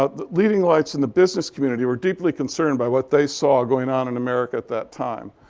ah the leading lights in the business community were deeply concerned by what they saw going on in america at that time.